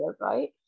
right